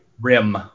rim